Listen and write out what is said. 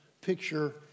picture